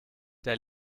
der